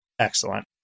Excellent